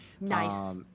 Nice